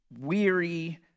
weary